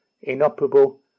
inoperable